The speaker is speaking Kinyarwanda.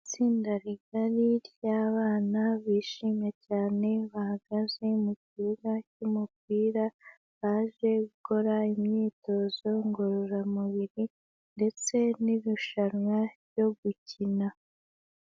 Itsinda rigari ry'abana bishimye cyane, bahagaze mu kibuga cy'umupira, baje gukora imyitozo ngororamubiri ndetse n'irushanwa ryo gukina.